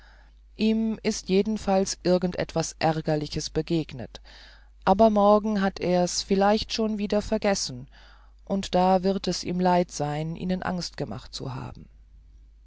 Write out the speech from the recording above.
ihm ist jedenfalls irgend etwas aergerliches begegnet aber morgen hat er's vielleicht schon wieder vergessen und da wird es ihm leid sein ihnen angst gemacht zu haben